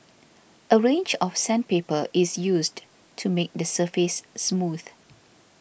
a range of sandpaper is used to make the surface smooth